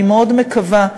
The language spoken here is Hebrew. אני מאוד מקווה,